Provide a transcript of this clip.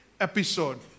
episode